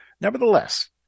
Nevertheless